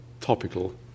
topical